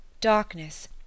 darkness